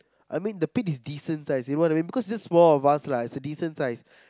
I mean the pit is decent size you know what I mean because it's just four of us lah is a decent size